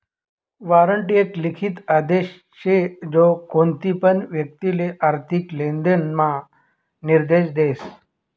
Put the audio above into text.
warrant एक लिखित आदेश शे जो कोणतीपण व्यक्तिले आर्थिक लेनदेण म्हा निर्देश देस